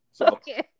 Okay